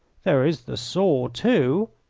there is the saw, too,